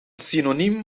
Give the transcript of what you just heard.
synoniem